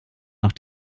noch